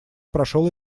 прошел